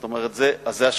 זאת אומרת שזה אשכנזי.